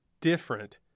different